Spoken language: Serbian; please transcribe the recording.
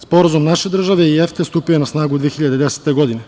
Sporazum naše države i EFTE stupio je na snagu 2010. godine.